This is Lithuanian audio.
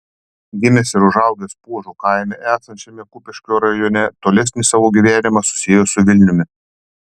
gimęs ir užaugęs puožo kaime esančiame kupiškio rajone tolesnį savo gyvenimą susiejo su vilniumi